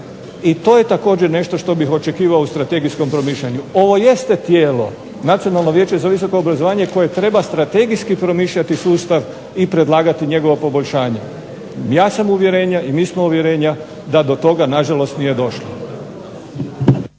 i to je također nešto što bih očekivao u strategijskom promišljanju. Ovo jeste tijelo, Nacionalno vijeće za visoko obrazovanje koje treba strategijski promišljati sustav i predlagati njegovo poboljšanje. Ja sam uvjerenja i mi smo uvjerenja da do toga na žalost nije došlo.